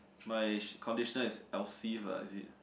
my conditioner is Elseve ah is it